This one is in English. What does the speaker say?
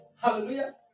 Hallelujah